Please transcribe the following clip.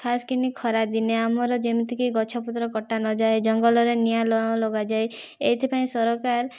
ଖାସ୍ କିନି ଖରାଦିନେ ଆମର ଯେମିତିକି ଗଛପତ୍ର କଟାନଯାଏ ଜଙ୍ଗଲରେ ନିଆଁ ନ ଲଗାଯାଏ ଏଇଥିପାଇଁ ସରକାର